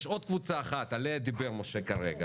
יש עוד קבוצה אחת עליה דיבר משה כרגע